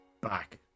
back